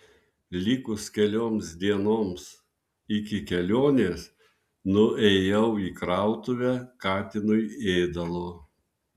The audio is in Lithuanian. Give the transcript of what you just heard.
likus kelioms dienoms iki kelionės nuėjau į krautuvę katinui ėdalo